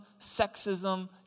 sexism